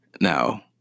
Now